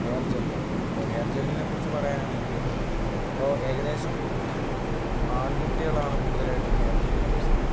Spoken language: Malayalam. ഹെയർ ജെല്ലാണ് ഇപ്പം ഹെയർ ജെല്ലിനെ കുറിച്ച് പറയാണെങ്കില് ഇപ്പോൾ ഏകദേശം ആൺകുട്ടികളാണ് കൂടുതലായിട്ടും ഹെയർ ജെല്ല് യൂസ് ചെയ്യുന്നത്